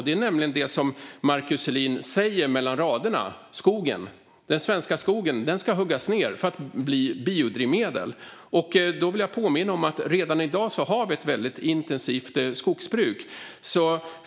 Det är det Markus Selin säger mellan raderna; den svenska skogen ska huggas ned, för att bli biodrivmedel. Jag vill påminna om att vi redan i dag har ett väldigt intensivt skogsbruk.